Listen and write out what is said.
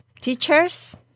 teachers